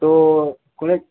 तो